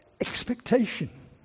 Expectation